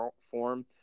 form